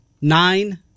nine